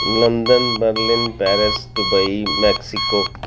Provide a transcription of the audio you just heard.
London Berlin Paris Dubai Mexico